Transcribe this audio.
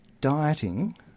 dieting